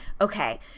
okay